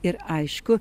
ir aišku